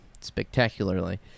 spectacularly